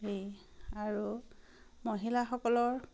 আৰু মহিলাসকলৰ